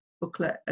booklet